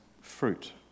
fruit